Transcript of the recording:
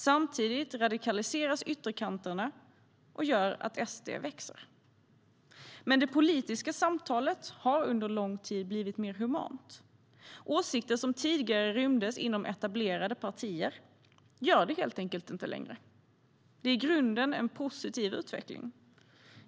Samtidigt radikaliseras ytterkanterna vilket gör att SD växer. Det politiska samtalet har dock under lång tid blivit mer humant. Åsikter som tidigare rymdes inom etablerade partier gör helt enkelt inte det längre. Det är i grunden en positiv utveckling.